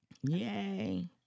Yay